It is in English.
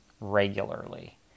regularly